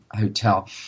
hotel